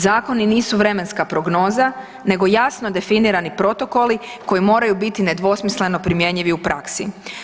Zakoni nisu vremenska prognoza, nego jasno definirani protokoli koji moraju biti nedvosmisleno primjenjivi u praksi.